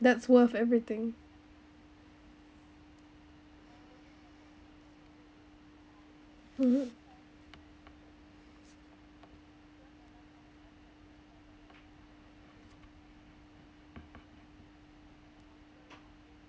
that's worth everything mmhmm